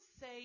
say